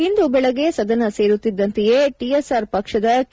ಇಂದು ಬೆಳಗ್ಗೆ ಸದನ ಸೇರುತ್ತಿದ್ದಂತೆಯೇ ಟಿಆರ್ಎಸ್ ಪಕ್ಷದ ಕೆ